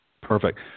Perfect